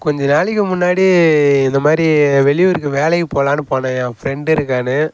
கொஞ்சம் நாளைக்கு முன்னாடி இந்த மாதிரி வெளியூருக்கு வேலைக்கு போலாம்னு போனேன் என் ஃப்ரெண்டு இருக்கான்னு